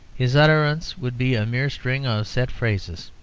his utterance would be a mere string of set phrases,